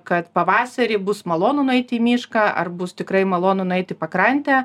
kad pavasarį bus malonu nueit į mišką ar bus tikrai malonu nueit į pakrantę